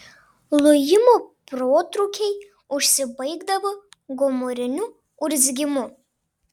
lojimo protrūkiai užsibaigdavo gomuriniu urzgimu